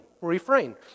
refrain